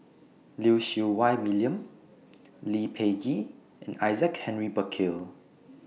Lim Siew Wai William Lee Peh Gee and Isaac Henry Burkill